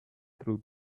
through